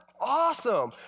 awesome